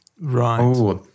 Right